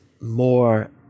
more